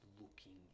looking